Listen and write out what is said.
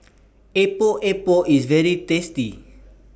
Epok Epok IS very tasty